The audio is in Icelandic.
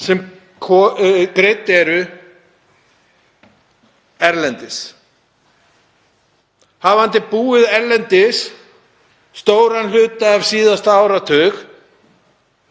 sem greidd eru erlendis. Hafandi búið erlendis stóran hluta af síðasta áratug